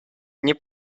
nie